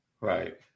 Right